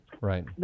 Right